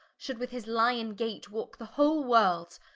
should with his lyon-gate walke the whole world,